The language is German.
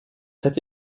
hätte